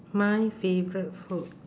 my favourite food